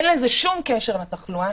אין לזה שום קשר לתחלואה,